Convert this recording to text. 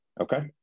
Okay